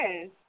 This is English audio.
Yes